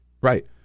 Right